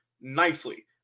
nicely